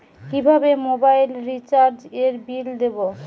কিভাবে মোবাইল রিচার্যএর বিল দেবো?